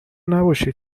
نباشین